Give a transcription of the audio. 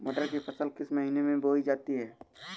मटर की फसल किस महीने में बोई जाती है?